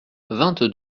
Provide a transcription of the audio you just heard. vingt